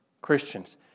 Christians